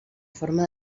forma